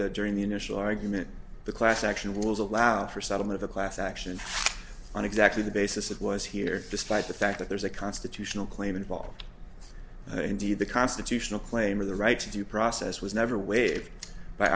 stated during the initial argument the class action was allowed for settlement of a class action on exactly the basis that was here despite the fact that there's a constitutional claim involved indeed the constitutional claim of the right to due process was never waived by